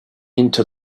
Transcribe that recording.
into